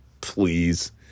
Please